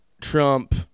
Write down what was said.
Trump